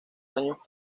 años